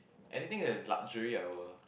anything that is luxury I will